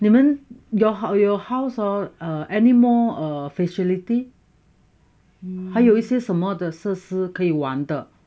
yo~ your house hor any more err facility 还有一些什么的设施可以玩的